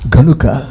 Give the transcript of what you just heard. Ganuka